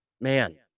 man